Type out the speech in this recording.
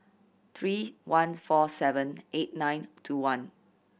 three one four seven eight nine two one